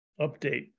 update